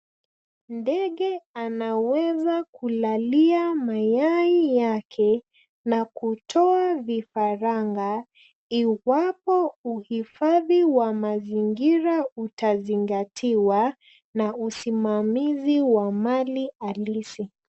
Ndege anaweza kulalia mayai yake na kutoa vifaranga iwapo uhifadhi wa mazingira utazingatiwa na usimamizi wa mali halisi.